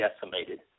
decimated